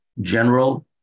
general